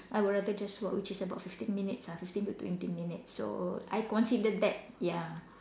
I would rather just walk which is about fifteen minutes ah fifteen to twenty minutes so I consider that ya